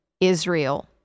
Israel